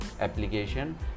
application